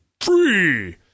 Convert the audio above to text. free